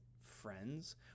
friends